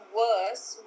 worse